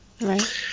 Right